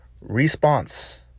response